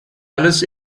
alles